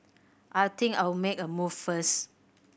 I think I'll make a move first